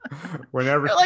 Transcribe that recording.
Whenever